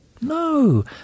No